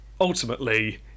ultimately